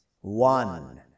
one